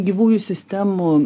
gyvųjų sistemų